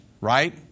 right